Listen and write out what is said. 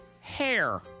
hair